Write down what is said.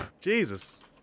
Jesus